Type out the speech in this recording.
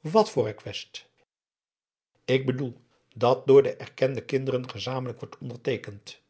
wat voor request ik bedoel dat door de erkende kinderen gezamenlijk wordt onderteekend